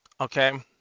Okay